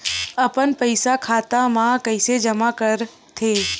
अपन पईसा खाता मा कइसे जमा कर थे?